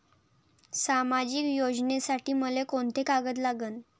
सामाजिक योजनेसाठी मले कोंते कागद लागन?